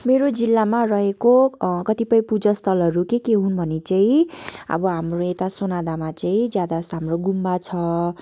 मेरो जिल्लामा रहेको कतिपय पूजा स्थलहरू के के हुन् भने चाहिँ अब हाम्रो यता सुनादामा चाहिँ ज्यादा जस्तो हाम्रो गुम्बा छ